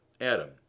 Adam